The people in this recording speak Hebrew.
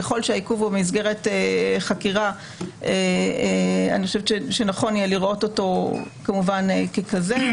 ככל שהעיכוב הוא במסגרת חקירה נכון יהיה לראות אותו כמובן ככזה,